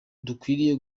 dukwiriye